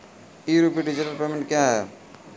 ई rupee digital payment क्या हैं?